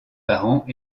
parents